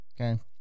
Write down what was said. Okay